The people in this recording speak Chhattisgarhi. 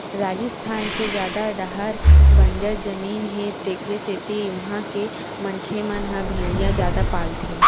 राजिस्थान के जादा डाहर बंजर जमीन हे तेखरे सेती उहां के मनखे मन ह भेड़िया जादा पालथे